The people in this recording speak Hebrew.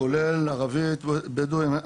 כולל ערבית, בדואית.